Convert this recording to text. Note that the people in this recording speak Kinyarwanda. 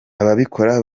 ababikora